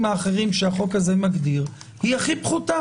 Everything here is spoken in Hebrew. האחרים שהחוק הזה מגדיר היא הכי פחותה.